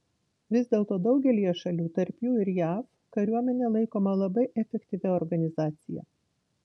vis dėlto daugelyje šalių tarp jų ir jav kariuomenė laikoma labai efektyvia organizacija